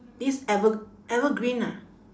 this ever~ evergreen ah